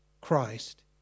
Christ